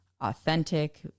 authentic